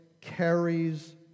carries